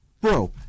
Bro